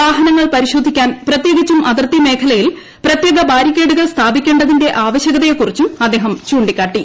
വാഹനങ്ങൾ പരിശോധിക്കാൻ പ്രത്യേകിച്ചും അതിർത്തിമേഖലയിൽ പ്രത്യേക ബാരിക്കേഡുകൾ സ്ഥാപിക്കേണ്ടതിന്റെ ആവശ്യകതയെക്കുറിച്ചും അദ്ദേഹം ചൂണ്ടിക്കാട്ടി